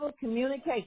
communication